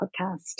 podcast